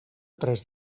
tres